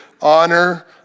honor